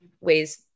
ways